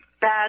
bad